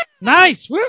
Nice